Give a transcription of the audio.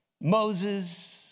Moses